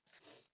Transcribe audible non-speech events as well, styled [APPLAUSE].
[NOISE]